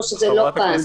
או שזה לא כאן?